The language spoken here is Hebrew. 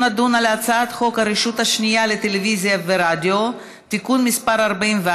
הצעת חוק-יסוד: הממשלה (תיקון מס' 6)